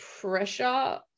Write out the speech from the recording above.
pressure